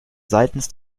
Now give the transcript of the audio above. seitens